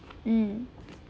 mm